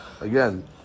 Again